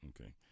okay